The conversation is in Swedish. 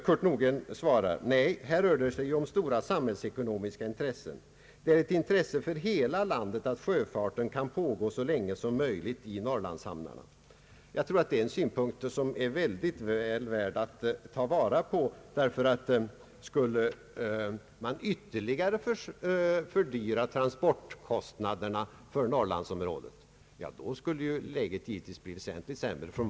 Kurt Nordgren svarade: Nej, här rör det sig ju om stora samhällsekonomiska intressen. Det är ett intresse för hela landet att sjöfarten kan pågå så länge som möjligt i norrlandshamnarna. Jag tror att den synpunkten är väl värd att ta vara på. Skulle man ytterligare fördyra transporterna för norrlandsområdena, skulle läget givetvis bli väsentligt sämre.